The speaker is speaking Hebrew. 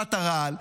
במכונת הרעל.